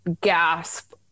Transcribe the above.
gasp